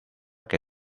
que